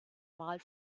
mal